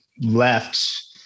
left